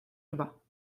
dva